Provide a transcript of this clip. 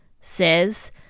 says